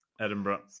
Edinburgh